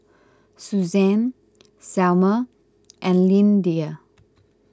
Suzan Selmer and Lyndia